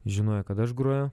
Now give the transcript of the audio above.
žinojo kad aš groju